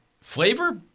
Flavor